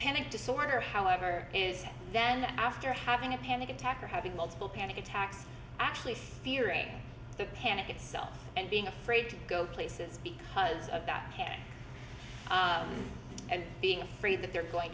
panic disorder however is then after having a panic attack or having multiple panic attacks actually fearing the panic itself and being afraid to go places because of that and being afraid that they're going